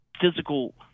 physical